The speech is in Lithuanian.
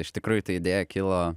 iš tikrųjų ta idėja kilo